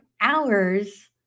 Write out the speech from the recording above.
hours